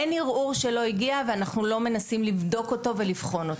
אין ערעור שלא הגיע ואנחנו לא מנסים לבדוק ולבחון.